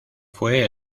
fue